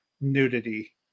nudity